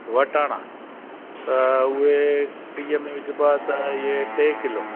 वटाणा त उहे बीह में विझिबो आहे त इहे टे किलो